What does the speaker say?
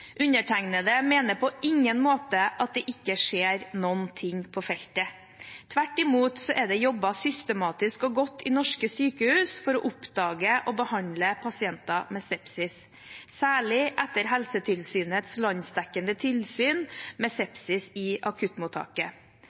Undertegnede mener på ingen måte at det ikke skjer noen ting på feltet. Tvert imot er det jobbet systematisk og godt i norske sykehus for å oppdage og behandle pasienter med sepsis, særlig etter Helsetilsynets landsdekkende tilsyn med sepsis i